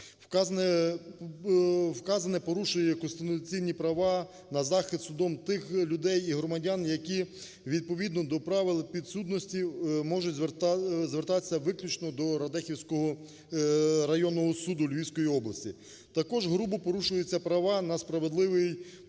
Вказане порушує конституційні права на захист судом тих людей і громадян, які відповідно до правил підсудності можуть звертатися виключно до Радехівського районного суду Львівської області. Також грубо порушуються права на справедливий судовий